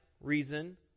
reason